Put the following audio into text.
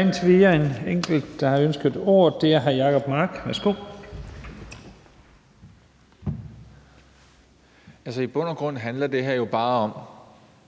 Indtil videre er der en enkelt, der har ønsket ordet, og det er hr. Jacob Mark. Værsgo. Kl. 15:05 Jacob Mark (SF): I bund og grund handler det her jo bare om,